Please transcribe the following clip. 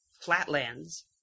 Flatlands